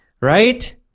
right